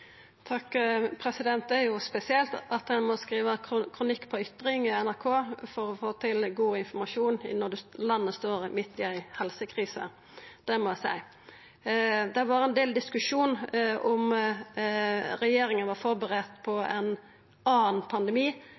Det er jo spesielt at ein må skriva kronikk i Ytring på NRK for å få til god informasjon når landet står midt i ei helsekrise. Det må eg seia. Det har vore ein del diskusjon om regjeringa var førebudd på ein annan pandemi